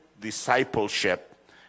discipleship